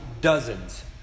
dozens